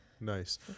Nice